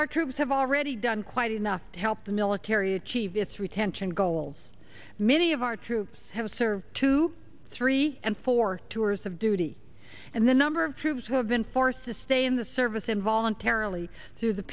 our troops have already done quite enough to help the military achieve its retention goals many of our troops have served two three and four tours of duty and the number of troops who have been forced to stay in the service and voluntarily t